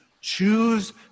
Choose